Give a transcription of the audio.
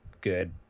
good